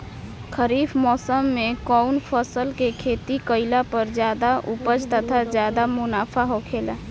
खरीफ़ मौसम में कउन फसल के खेती कइला पर ज्यादा उपज तथा ज्यादा मुनाफा होखेला?